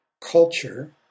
culture